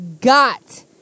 got